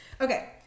okay